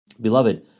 Beloved